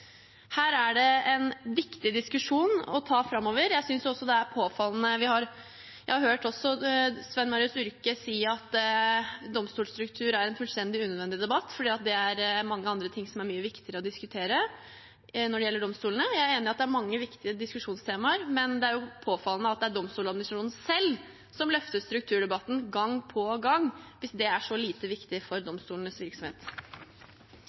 Her er det en viktig diskusjon å ta framover. Jeg har også hørt Sven Marius Urke si at domstolsstruktur er en fullstendig unødvendig debatt, og at det er mange andre ting som er mye viktigere å diskutere når det gjelder domstolene. Jeg er enig i at det er mange viktige diskusjonstemaer, men det er jo påfallende at det er Domstoladministrasjonen selv som løfter strukturdebatten gang på gang hvis det er så lite viktig for domstolenes virksomhet.